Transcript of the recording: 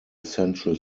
essential